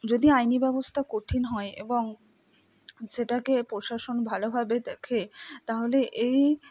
যদি আইনি ব্যবস্থা কঠিন হয় এবং সেটাকে প্রশাসন ভালোভাবে দেখে তাহলে এই